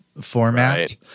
format